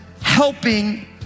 helping